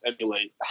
emulate